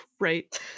Right